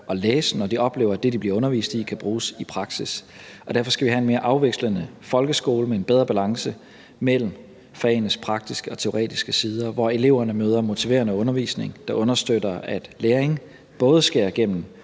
og læse, når de oplever, at det, de bliver undervist i, kan bruges i praksis. Og derfor skal vi have en mere afvekslende folkeskole med en bedre balance mellem fagenes praktiske og teoretiske sider, og hvor eleverne møder motiverende undervisning, der understøtter, at læring både sker igennem